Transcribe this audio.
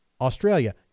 australia